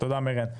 תודה מריאן.